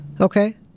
Okay